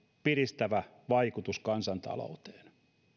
piristävä vaikutus kansantalouteen